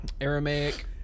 Aramaic